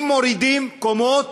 אם מורידים קומות